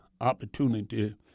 opportunity